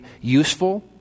useful